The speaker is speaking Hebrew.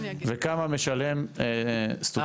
וכמה משלם סטודנט בישראל?